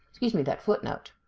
excuse me, that footnote.